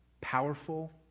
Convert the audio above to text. powerful